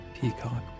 peacock